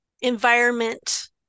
environment